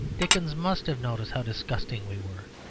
dickens must have noticed how disgusting we were.